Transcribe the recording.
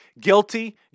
guilty